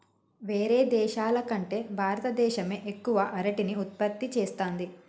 వేరే దేశాల కంటే భారత దేశమే ఎక్కువ అరటిని ఉత్పత్తి చేస్తంది